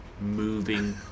moving